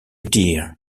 dear